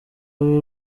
abe